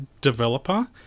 developer